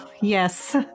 Yes